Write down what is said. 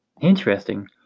Interesting